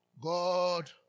God